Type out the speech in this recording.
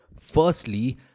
Firstly